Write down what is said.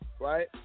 right